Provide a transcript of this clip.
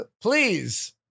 Please